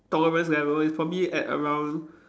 tolerance level is probably at around